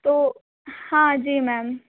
तो हाँ जी मैम